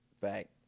fact